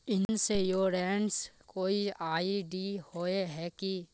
Insurance कोई ID होय है की?